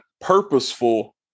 purposeful